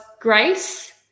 grace